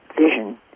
vision